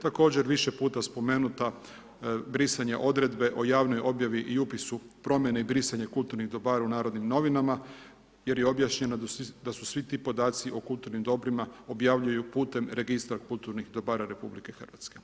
Također više puta spomenuta, brisanje odredbe o javnoj objavi i upisu promjene i brisanje kulturnih dobara u Narodnim novinama jer je i objašnjeno da se svi ti podaci o kulturnim dobrima objavljuju putem registra kulturnih dobara RH.